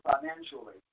financially